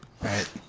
Right